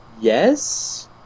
Yes